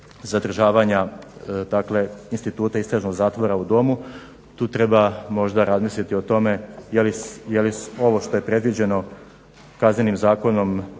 zadržavanja instituta istražnog zatvora u domu tu treba možda razmisliti o tome jeli ovo što je predviđeno Kaznenim zakonom za